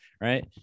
Right